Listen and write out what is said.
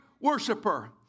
worshiper